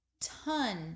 ton